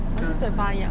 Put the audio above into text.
我是嘴巴痒